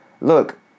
look